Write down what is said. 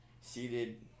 seated